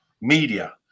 media